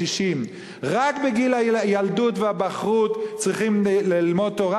60. רק בגיל הילדות והבחרות צריכים ללמוד תורה,